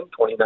2019